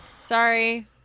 sorry